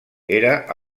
era